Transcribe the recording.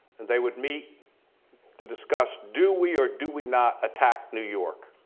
and they would meet to discuss do we or do we not attack new york.